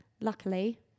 luckily